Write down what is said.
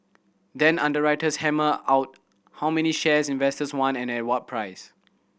then underwriters hammer out how many shares investors want and at what price